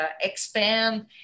expand